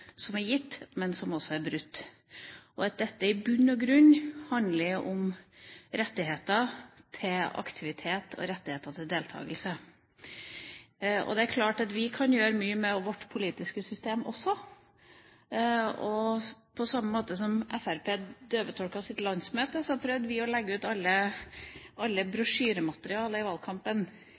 som er gitt, men som også er brutt. Så dette handler i bunn og grunn om rettigheter til aktivitet og rettigheter til deltakelse. Det er klart at vi kan gjøre mye med vårt politiske system også. På samme måte som Fremskrittspartiet døvetolket sitt landsmøte, prøvde vi å legge ut alt brosjyremateriell i valgkampen